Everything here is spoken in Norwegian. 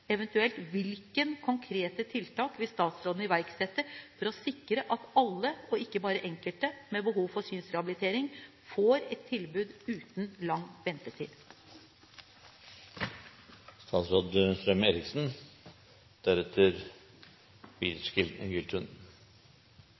Eventuelt hvilke konkrete tiltak vil statsråden iverksette for å sikre at alle, og ikke bare enkelte, med behov for synsrehabilitering får et tilbud uten lang